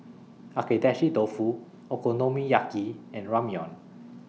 Agedashi Dofu Okonomiyaki and Ramyeon